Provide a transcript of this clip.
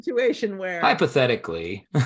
Hypothetically